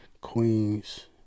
Queens